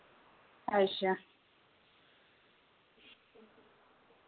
अच्छा